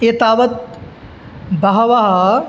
एतावत् बहवः